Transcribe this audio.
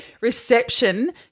reception